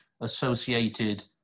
associated